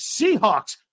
Seahawks